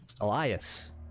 elias